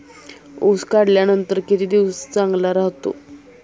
ऊस काढल्यानंतर किती दिवस चांगला राहतो?